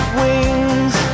wings